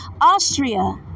Austria